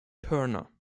turner